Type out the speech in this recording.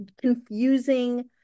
confusing